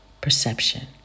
perception